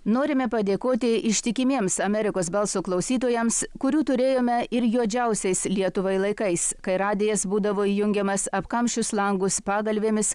norime padėkoti ištikimiems amerikos balso klausytojams kurių turėjome ir juodžiausiais lietuvai laikais kai radijas būdavo įjungiamas apkamšius langus pagalvėmis